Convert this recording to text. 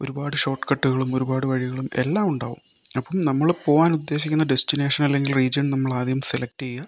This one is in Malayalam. ഒരുപാട് ഷോട്ട് കട്ടുകളും ഒരുപാട് വഴികളും എല്ലാം ഉണ്ടാവും അപ്പം നമ്മള് പോകാൻ ഉദ്ദേശിക്കുന്ന ഡെസ്റ്റിനേഷൻ അല്ലെങ്കിൽ റീജിയൺ നമ്മൾ ആദ്യം സെലക്ട് ചെയ്യുക